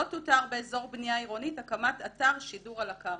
"לא תותר באזור בניה עירונית הקמת אתר שידור על הקרקע".